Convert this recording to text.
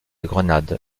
grenade